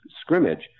scrimmage